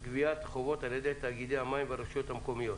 גביית חובות על ידי תאגידי המים והרשויות המקומיות.